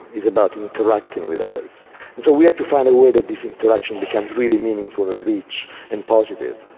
it's about interacting with others and so we have to find a way that this interaction becomes really meaningful, rich and positive.